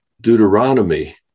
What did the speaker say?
Deuteronomy